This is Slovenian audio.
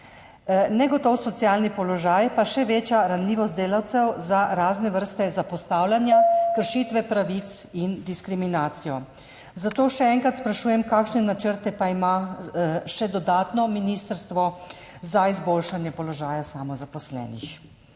Negotov socialni položaj pa še več, ranljivost delavcev za razne vrste zapostavljanja, kršitve pravic in diskriminacijo. Zato sprašujem še enkrat: Kakšne načrte pa ima ministrstvo še dodatno za izboljšanje položaja samozaposlenih?